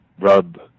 rub